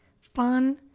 fun